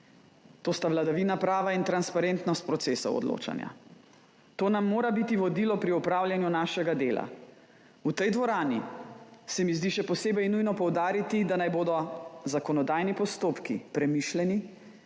To sta vladavina prava in transparentnost procesov odločanja. To nam mora biti vodilo pri opravljanju našega dela. V tej dvorani se mi zdi še posebej nujno poudariti, da naj bodo zakonodajni postopki premišljeni,